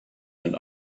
and